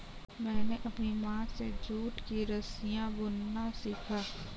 मैंने अपनी माँ से जूट की रस्सियाँ बुनना सीखा